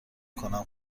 کنم